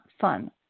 fun